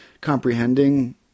comprehending